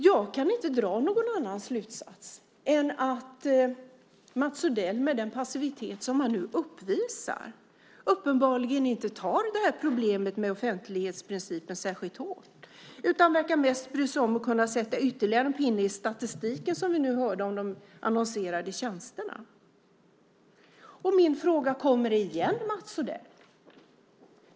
Jag kan inte dra någon annan slutsats än att Mats Odell med den passivitet som han nu uppvisar uppenbarligen inte tar särskilt hårt på problemet med offentlighetsprincipen. Han verkar i stället mest bry sig om att - som vi nyss hörde - kunna sätta ytterligare en pinne i statistiken över utannonserade tjänster. Min fråga kommer igen, Mats Odell!